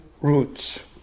roots